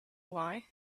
why